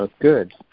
Good